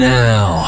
now